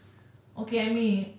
okay I'm in